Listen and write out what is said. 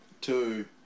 Two